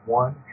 one